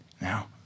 Now